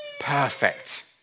Perfect